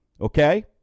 Okay